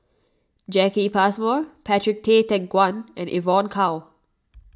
Jacki Passmore Patrick Tay Teck Guan and Evon Kow